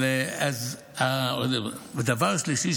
דבר שלישי,